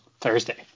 Thursday